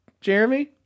Jeremy